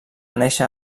néixer